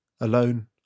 Alone